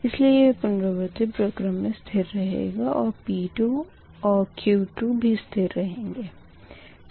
इसलिए यह पुनरावर्ती पराक्रम मे स्थिर रहेगा और P2 and Q2 भी स्थिर रहेंगे